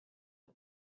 but